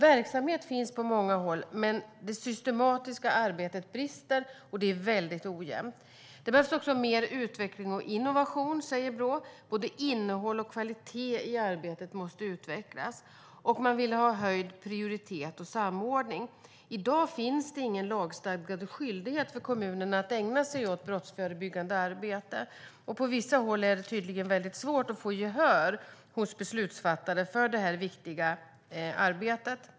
Verksamhet finns på många håll, men det systematiska arbetet brister och det är väldigt ojämnt. Det behövs också mer utveckling och innovation, säger Brå. Både innehåll och kvalitet i arbetet måste utvecklas. Man vill ha höjd prioritet och samordning. I dag finns det ingen lagstadgad skyldighet för kommunerna att ägna sig åt brottsförebyggande arbete, och på vissa håll är det tydligen väldigt svårt att få gehör hos beslutsfattare för det här viktiga arbetet.